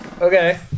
okay